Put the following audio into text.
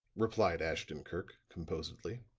replied ashton-kirk, composedly.